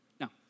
Now